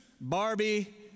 Barbie